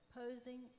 posing